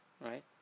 right